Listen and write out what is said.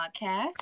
podcast